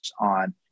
on